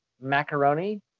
macaroni